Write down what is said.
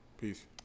Peace